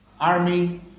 army